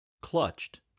Clutched